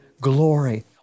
glory